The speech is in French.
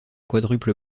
quadruple